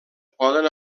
poden